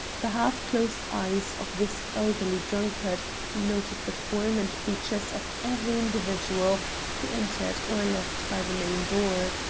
the half-closed eyes of this elderly drunkard noted the form and features of every individual who entered or left by the main door,